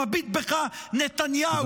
מביט בך, נתניהו.